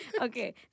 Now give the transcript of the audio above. Okay